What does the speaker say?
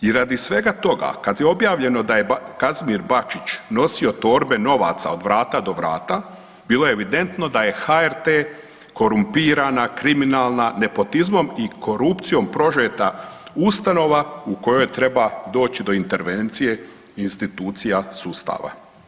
I radi svega toga kad je objavljeno da je Kazimir Bačić nosio torbe novaca od vrata do vrata bilo je evidentno da je HRT korumpirana i kriminalna nepotizmom i korupcijom prožeta ustanova u kojoj treba doći do intervencije institucija sustava.